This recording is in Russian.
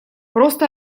просто